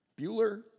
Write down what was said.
Bueller